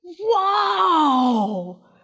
wow